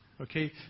Okay